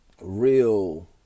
real